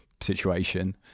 situation